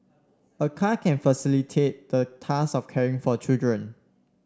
a car can facilitate the task of caring for children